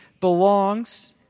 belongs